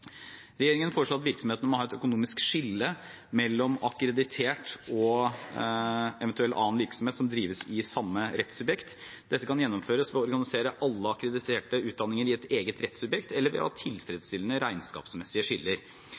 Regjeringen foreslår at virksomhetene må ha et økonomisk skille mellom akkreditert og ev. annen virksomhet som drives i samme rettssubjekt. Dette kan gjennomføres ved å organisere alle akkrediterte utdanninger i et eget rettssubjekt, eller ved å ha tilfredsstillende regnskapsmessige skiller.